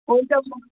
हुन्छ म